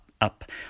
up